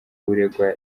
uregwa